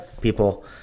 people